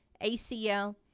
ACL